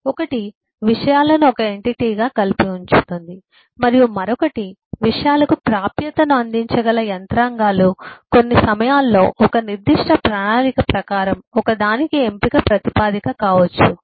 ఒకటి విషయాలను ఒక ఎంటిటీగా కలిపి ఉంచుతుంది మరియు మరొకటి విషయాలకు ప్రాప్యతను అందించగల యంత్రాంగాలు కొన్ని సమయాల్లో ఒక నిర్దిష్ట ప్రణాళిక ప్రకారం ఒకదానికి ఎంపిక ప్రాతిపదిక కావచ్చు